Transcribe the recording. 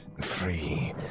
free